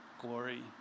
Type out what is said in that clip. glory